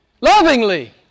lovingly